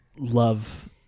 Love